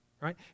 right